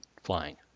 flying